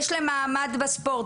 יש להם מעמד בספורט.